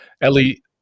Ellie